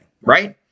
right